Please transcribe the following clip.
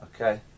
Okay